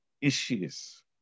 issues